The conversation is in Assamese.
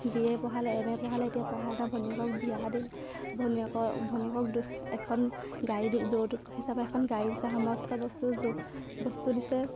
বি এ পঢ়ালে এম এ পঢ়ালে এতিয়া পঢ়াই এতাই ভনীয়েকক বিয়া দিলে ভনীয়েকক ভনীয়েকক দুখ এখন গাড়ী যৌতুক হিচাপে এখন গাড়ী দিছে সমস্ত বস্তু বস্তু দিছে